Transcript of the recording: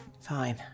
Fine